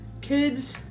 kids